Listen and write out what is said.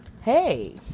hey